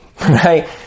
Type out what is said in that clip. right